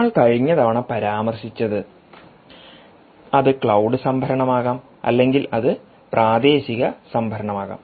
നമ്മൾ കഴിഞ്ഞ തവണ പരാമർശിച്ചത് അത് ക്ലൌഡ് സംഭരണമാകാം അല്ലെങ്കിൽ അത് പ്രാദേശിക സംഭരണമാകാം